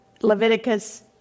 Leviticus